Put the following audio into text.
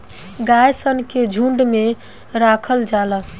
गाय सन के झुंड में राखल जाला